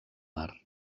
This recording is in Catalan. mar